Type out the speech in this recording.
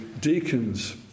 deacons